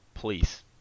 Please